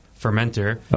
fermenter